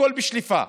הכול בשליפה.